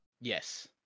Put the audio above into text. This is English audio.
Yes